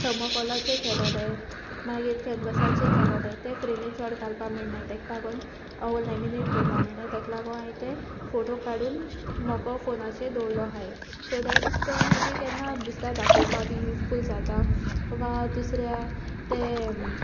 थमोकॉलाचे केलोले हांवें मागीर कॅनवसाचे केलोले ते फ्रेमी चोड घालपा मेळनाय ताका लागोन वो लॅमिनेट करपा मेळनाय ताका लागोन हांवें ते फोटो काडून मोको फोनाचेर दोवरलो आहाय सो देट ते मागीर केन्ना दुसऱ्या दाखोवपा बी यूजफूल जाता वा दुसऱ्या ते